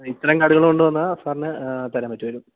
ഇത്രയും കാർഡുകള് കൊണ്ടുവന്നാല് സാറിന് തരാൻ പറ്റുമായിരുന്നു